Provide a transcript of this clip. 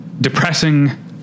depressing